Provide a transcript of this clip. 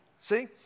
see